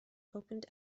opened